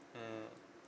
mmhmm